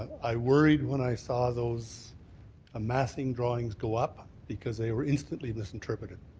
i worried when i saw those amassing drawings go up because they were instantly misinterpreted.